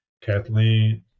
Kathleen